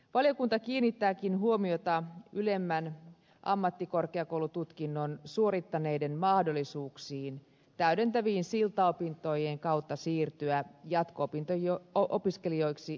valiokunta kiinnittääkin huomiota ylemmän ammattikorkeakoulututkinnon suorittaneiden mahdollisuuksiin täydentävien siltaopintojen kautta siirtyä jatko opiskelijoiksi yliopistoihin